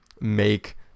make